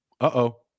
Uh-oh